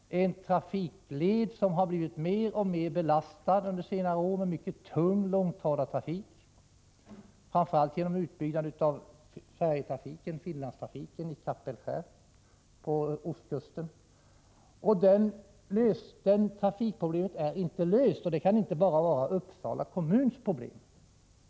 Det är en trafikled som på senare år blivit mer och mer belastad med mycket tung långtradartrafik, framför allt genom utbyggnaden av Kapellskär på ostkusten för färjetrafiken till Finland. Problemen på denna trafikled är inte lösta, och det kan inte bara åvila Uppsala kommun att lösa dem.